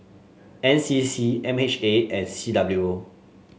NCC MHA and CWO